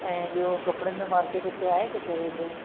ऐं ॿियो कपड़नि जो मार्केट हिते आहे किथे वेझो